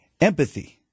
Empathy